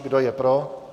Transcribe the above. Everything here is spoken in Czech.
Kdo je pro?